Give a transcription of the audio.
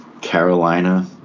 Carolina